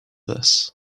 this